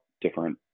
different